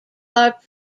are